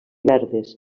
verdes